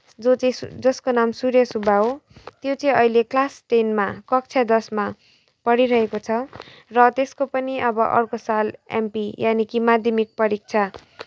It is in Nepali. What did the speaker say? जो चाहिँ जसको नाम सुर्य सुब्बा हो त्यो चाहिँ अहिले क्लास टेनमा कक्षा दसमा पढिरहेको छ र त्यसको पनि अब अर्को साल एमपी यानि कि माध्यमिक परीक्षा